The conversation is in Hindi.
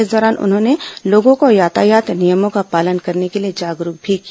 इस दौरान उन्होंने लोगों को यातायात नियमों का पालन करने के लिए जागरूक भी किया